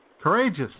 Courageous